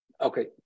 Okay